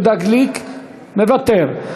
תודה למזכירת הכנסת.